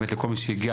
באמת לכל מי שהגיע,